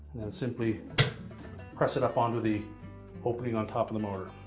then simply press it up onto the opening on top of the motor.